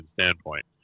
standpoint